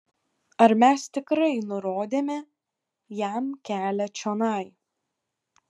ar mes tikrai nurodėme jam kelią čionai